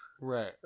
right